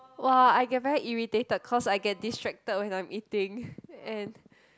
what I get very irritated cause I get distracted when I am eating and